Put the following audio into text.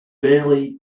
barely